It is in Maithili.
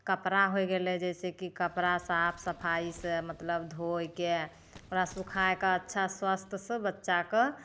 कपड़ा होइ गेलै जैसे कि कपड़ा साफ सफाइसँ मतलब धोइके ओकरा सुखा कऽ अच्छासँ स्वस्थसँ बच्चाके